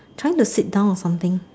come to sit down or something